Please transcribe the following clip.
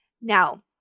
Now